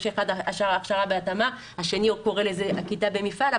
אצל אחד זה הכשרה והתאמה והשני קורא לזה כיתה במפעל,